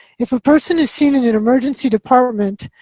if a person is seen in an emergency department,